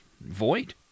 void